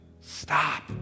stop